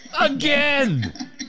again